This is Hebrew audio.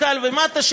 מהמנכ"ל ומטה,